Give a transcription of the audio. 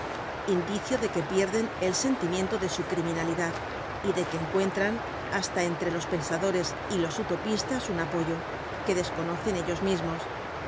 indicio de que pierden el sentimiento de su criminalidad y de que encuentran hasta entre los pensadores y los utopistas un apoyo que desconocen ellos mismos